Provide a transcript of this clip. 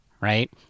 right